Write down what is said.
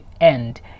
end